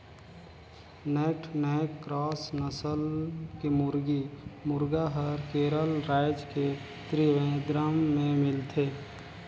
naked neck cross नसल के मुरगी, मुरगा हर केरल रायज के त्रिवेंद्रम में मिलथे